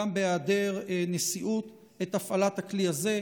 גם בהיעדר נשיאות, את הפעלת הכלי הזה.